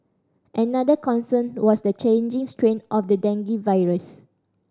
another concern was the changing strain of the dengue virus